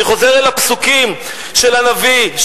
אני חוזר לפסוקים של הנביא,